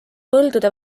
põldude